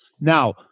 Now